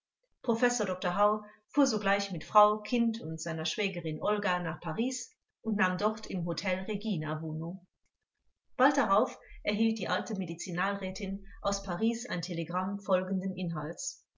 professor dr hau fuhr sogleich mit frau kind und seiner schwägerin olga nach paris und nahm dort im hotel regina wohnung bald darauf erhielt die alte medizinalrätin aus paris ein telegramm folgenden inhalts